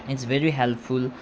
its very helpful